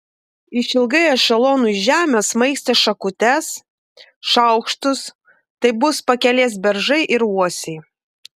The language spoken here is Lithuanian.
išilgai ešelonų į žemę smaigstė šakutes šaukštus tai bus pakelės beržai ir uosiai